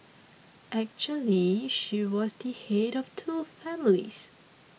actually she was the head of two families